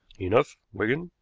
enough, wigan!